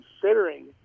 considering